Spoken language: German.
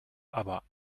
aber